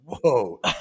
whoa